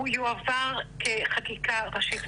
הוא יועבר כחקיקה ראשית.